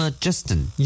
Justin